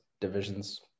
divisions